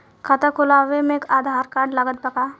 खाता खुलावे म आधार कार्ड लागत बा का?